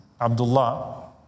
Abdullah